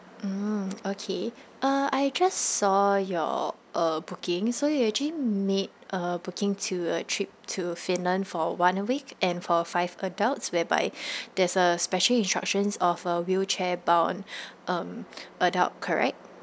mm okay uh I just saw your uh booking so you actually made a booking to a trip to finland for one week and for five adults whereby there's a special instructions of a wheelchair bound um adult correct